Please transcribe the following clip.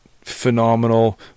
phenomenal